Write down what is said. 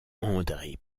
andré